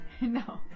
No